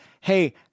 hey